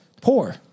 poor